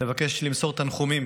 למסור תנחומים